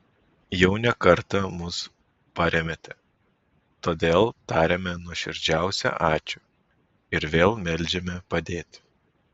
jau ne kartą mus parėmėte todėl tariame nuoširdžiausią ačiū ir vėl meldžiame padėti